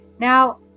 Now